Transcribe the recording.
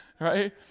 Right